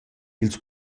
ils